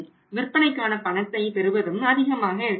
விற்பனைக்கான பணத்தை பெறுவதும் அதிகமாக இருக்க வேண்டும்